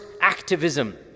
activism